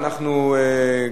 אנחנו,